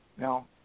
Now